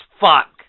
fuck